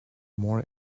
more